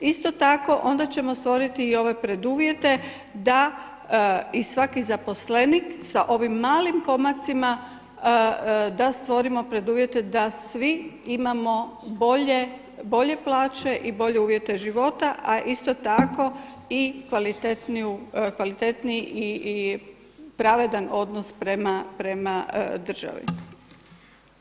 Isto tako onda ćemo stvoriti i ove preduvjete da i svaki zaposlenik sa ovim malim pomacima da stvorimo preduvjete da svi imamo bolje plaće i bolje uvjete života, a isto tako i kvalitetniji i pravedan odnos prema državi.